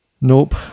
Nope